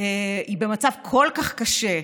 היא במצב כל כך קשה,